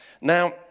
Now